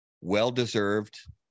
Well-deserved